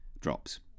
drops